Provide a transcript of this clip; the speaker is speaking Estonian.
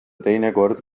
teinekord